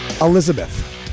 Elizabeth